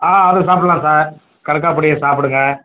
ஆ அது சாப்பிடுலாம் சார் கடுக்காப் பொடியை சாப்பிடுங்க